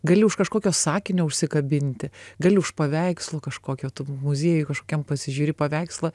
gali už kažkokio sakinio užsikabinti gali už paveikslo kažkokio tu muziejuj kažkokiam pasižiūri paveikslą